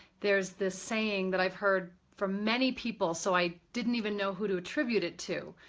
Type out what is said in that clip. there's this saying that i've heard from many people so i didn't even know who to attribute it to,